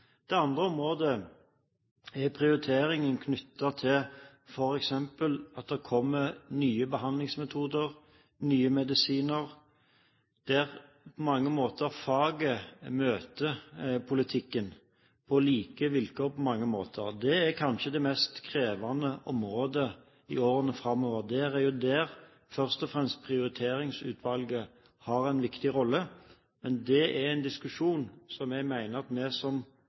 Det andre området er prioritering knyttet til f.eks. nye behandlingsmetoder, nye medisiner, der på mange måter faget møter politikken på like vilkår. Det er kanskje det mest krevende området i årene framover. Det er først og fremst der Prioriteringsutvalget har en viktig rolle. Men dette er en diskusjon jeg mener at vi som